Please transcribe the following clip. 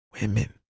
women